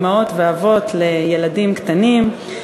אימהות ואבות לילדים קטנים,